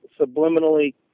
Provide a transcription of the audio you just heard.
subliminally